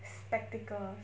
spectacles